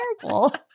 terrible